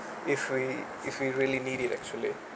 if we if we really need it actually